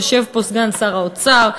יושב פה סגן שר האוצר,